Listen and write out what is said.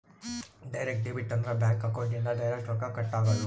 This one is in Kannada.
ಡೈರೆಕ್ಟ್ ಡೆಬಿಟ್ ಅಂದ್ರ ಬ್ಯಾಂಕ್ ಅಕೌಂಟ್ ಇಂದ ಡೈರೆಕ್ಟ್ ರೊಕ್ಕ ಕಟ್ ಆಗೋದು